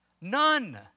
None